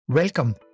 Welcome